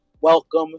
Welcome